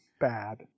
bad